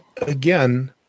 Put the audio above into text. again